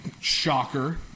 Shocker